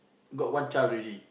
got one child already